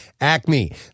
Acme